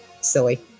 silly